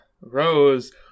Rose